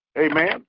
Amen